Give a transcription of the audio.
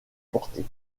portés